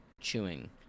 chewing